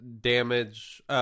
damage